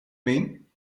mean